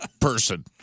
person